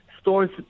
stores